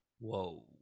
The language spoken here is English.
Whoa